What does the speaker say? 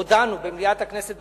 הודענו במליאת הכנסת,